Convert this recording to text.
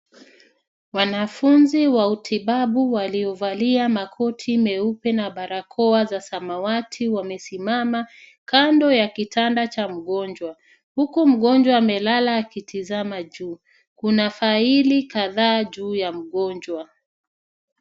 Wanafunzi wa utibabu waliovalia makoti meupe na barakoa za samawati wamesimama kando ya kitanda cha mgonjwa huku mgonjwa amelala akitizama juu kuna faili kadhaa ju ya mgonjwa.